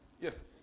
yes